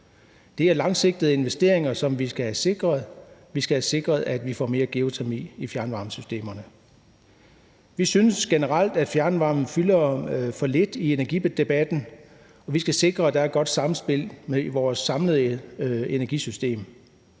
Det er langsigtede investeringer, som vi skal have sikret. Vi skal have sikret, at vi får mere geotermi i fjernvarmesystemerne. Vi synes generelt, at fjernvarmen fylder for lidt i energidebatten, og vi skal sikre, at der er et godt samspil i vores samlede energisystem.